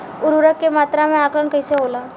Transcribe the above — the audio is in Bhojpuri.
उर्वरक के मात्रा में आकलन कईसे होला?